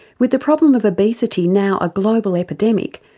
with the problem of obesity now a global epidemic,